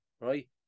right